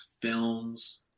films